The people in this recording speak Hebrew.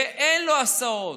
ואין לו הסעות,